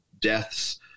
deaths